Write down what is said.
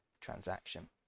transaction